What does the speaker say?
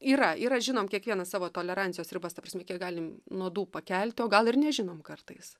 yra yra žinom kiekvienas savo tolerancijos ribas ta prasme kiek galim nuodų pakelti o gal ir nežinom kartais